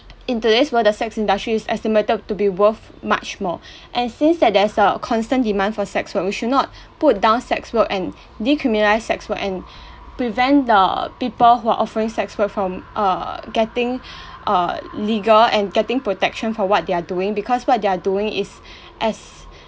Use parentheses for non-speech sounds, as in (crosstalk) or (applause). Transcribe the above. in today's world the sex industry is estimated to be worth much more (breath) and since there there's a constant demand for sex work we should not put down sex work and decriminalize sex work and prevent the people who are offering sex work from uh getting (breath) uh legal and getting protection for what they're doing because what they're doing is as